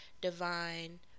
divine